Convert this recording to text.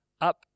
up